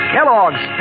Kellogg's